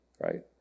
right